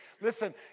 Listen